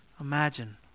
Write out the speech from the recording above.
imagine